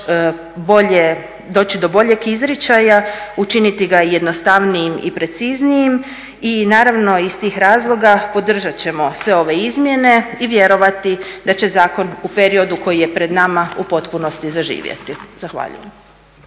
doći do boljeg izričaja, učiniti ga jednostavnijim i preciznijim. I naravno iz tih razloga podržat ćemo sve ove izmjene i vjerovati da će zakon u periodu koji je pred nama u potpunosti zaživjeti. Zahvaljujem.